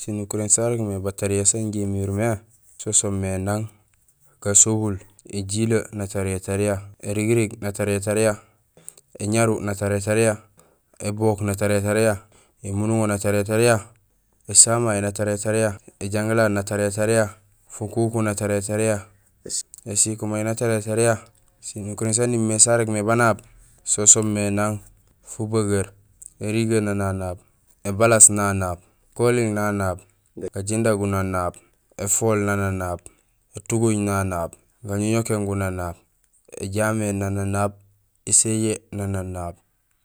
Sinukuréén sarégmé batariya san injé imirmé. so soomé nang baobul, éjilee natariya tariya, irigirig natariya tariya, éñaru natariya tariya, ébook natariya tariya, émunduŋo natariya tariya, ésamay natariya tariya, éjangilaan natariya tariya, fukuku natariya tariya, ésiko may natariya tariya. Snukuréén saan imimé sa régmé banaab so soomé: nang fubageer, érigee nananaab, ébalaas nánaab, ékoling nánaab, gajinda gunanaab, éfool nananaab, étuguñ nánaab, gañoñokéén gunanaab, éjaméén nananaab, éséjee nananaab.